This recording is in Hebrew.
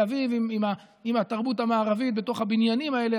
אביב עם התרבות המערבית בתוך הבניינים האלה,